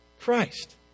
Christ